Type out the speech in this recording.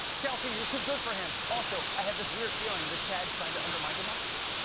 chelsea, you're too good for him. also, i have this weird feeling that chad's trying to undermine democracy.